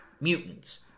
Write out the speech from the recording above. mutants